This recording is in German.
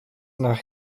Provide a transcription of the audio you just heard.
nach